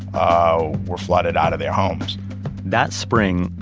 ah were flooded out of their homes that spring,